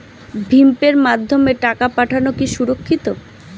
ভিম পের মাধ্যমে টাকা পাঠানো কি সুরক্ষিত?